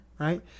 Right